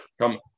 Come